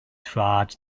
traed